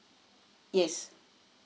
yes